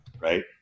right